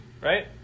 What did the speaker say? right